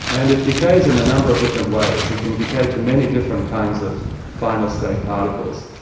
and it decays in a number of different ways. it can decay to many different kinds of final-state particles,